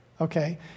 okay